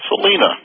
Selena